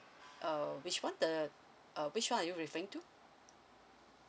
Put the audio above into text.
err which one the uh which one are you referring to